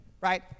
right